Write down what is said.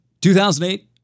2008